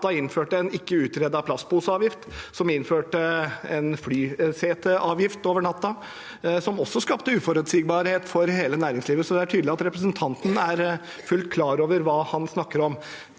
natten innførte en ikke-utredet plastposeavgift, og som innførte en flyseteavgift over natten, noe som også skapte uforutsigbarhet for hele næringslivet. Så det er tydelig at representanten er fullt klar over hva han snakker om.